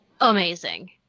amazing